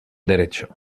derecho